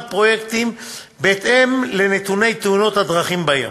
פרויקטים בהתאם לנתוני תאונות הדרכים בעיר.